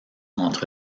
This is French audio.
entre